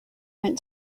went